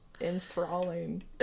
enthralling